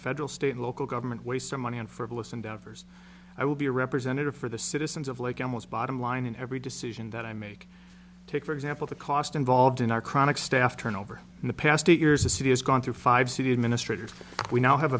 federal state local government waste our money and for glisten doubters i will be a representative for the citizens of like animals bottom line in every decision that i make take for example the cost involved in our chronic staff turnover in the past eight years the city has gone through five city administrators we now have